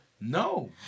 No